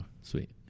sweet